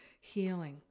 healing